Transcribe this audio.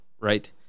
right